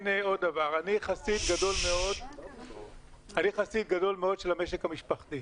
עוד דבר: אני חסיד גדול מאוד של המשק המשפחתי,